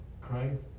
Christ